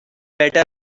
better